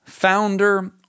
founder